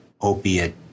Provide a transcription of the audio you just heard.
opiate